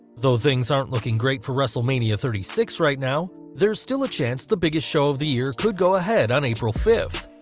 though things aren't looking great for wrestlemania thirty six right now, there is still a chance that the biggest show of the year could go ahead on april fifth.